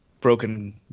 broken